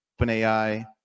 OpenAI